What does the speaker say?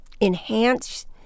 enhance